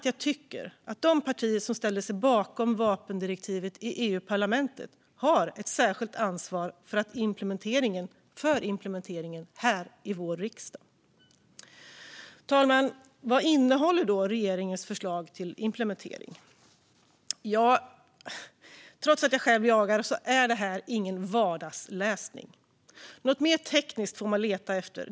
Jag tycker att de partier som ställde sig bakom vapendirektivet i EU-parlamentet också har ett särskilt ansvar för implementeringen. Fru talman! Vad innehåller då regeringens förslag till implementering? Trots att jag själv jagar är detta ingen vardagsläsning. Något mer tekniskt får man leta efter.